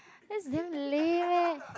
that's damn lame eh